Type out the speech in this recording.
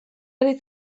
ari